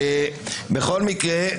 בכל מקרה,